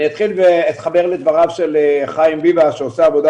אני אתחיל ואתחבר לדבריו של חיים ביבס שעושה עבודה